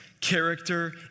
character